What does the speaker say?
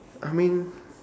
I mean